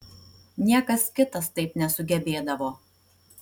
niekas kitas taip nesugebėdavo